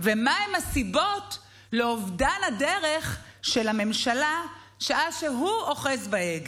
ומהן הסיבות לאובדן הדרך של הממשלה שעה שהוא אוחז בהגה.